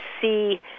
see